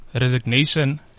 resignation